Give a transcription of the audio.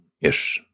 Yes